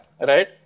Right